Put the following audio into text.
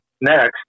next